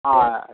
হ্যাঁ